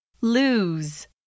Lose